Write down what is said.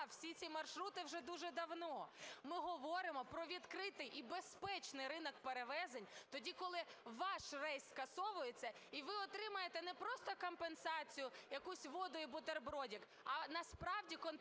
всі ці маршрути вже дуже давно, ми говоримо про відкритий і безпечний ринок перевезень, тоді, коли ваш рейс скасовується і ви отримаєте не просто компенсацію, якусь воду і бутербродик, а насправді компенсацію